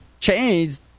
changed